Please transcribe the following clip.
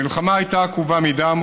המלחמה הייתה עקובה מדם,